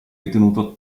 ritenuto